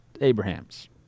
abraham's